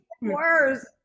worse